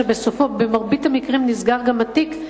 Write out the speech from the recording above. שבסופו במרבית המקרים נסגר התיק,